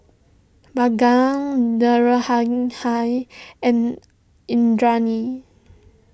Bhagat and Indranee